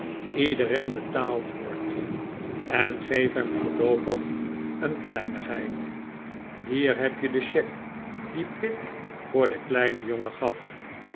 iedereen betaald wordt en geef hem voorloopig een kleinigheid hier heb je de cheque die pitt voor den kleinen jongen gaf